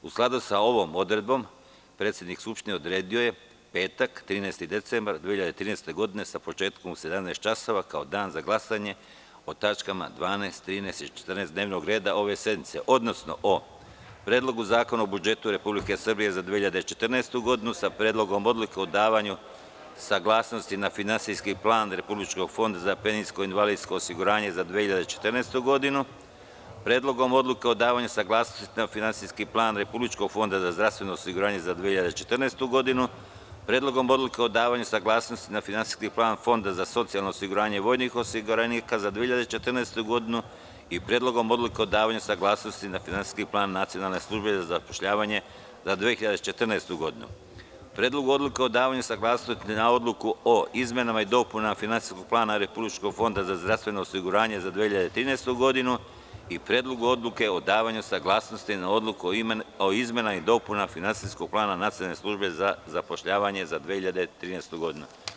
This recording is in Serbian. U skladu sa ovom odredbom predsednik Skupštine odredio je petak, 13. decembar 2013. godine sa početkom u 17,00 časova kao dan za glasanje o tačkama 12, 13. i 14. dnevnog reda ove sednice, odnosno o Predlogu zakona o budžetu Republike Srbije za 2014. godinu, sa Predlogom odluke o davanju saglasnosti na Finansijski plan Republičkog fonda za penzijsko i invalidsko osiguranje za 2014. godinu, Predlogom odluke o davanju saglasnosti na Finansijski plan Republičkog fonda za zdravstveno osiguranje za 2014. godinu, Predlogom odluke o davanju saglasnosti na Finansijski plan Fonda za socijalno osiguranje vojnih osiguranika za 2014. godinu i Predlogom odluke o davanju saglasnosti na Finansijski plan Nacionalne službe za zapošljavanje za 2014. godinu, Predlog odluke o davanju saglasnosti na Odluku o izmenama i dopunama Finansijskog plana Republičkog fonda za zdravstveno osiguranje za 2013. godinu i Predlogu odluke o davanju saglasnosti na Odluku o izmenama i dopunama Finansijskog plana Nacionalne službe za zapošljavanje za 2013. godinu.